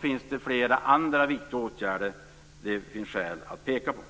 finns flera andra viktiga åtgärder som det finns skäl att peka på.